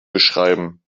beschreiben